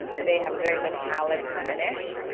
they have a very metallic finish.